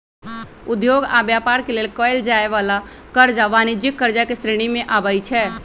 उद्योग आऽ व्यापार के लेल कएल जाय वला करजा वाणिज्यिक करजा के श्रेणी में आबइ छै